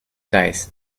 dice